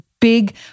big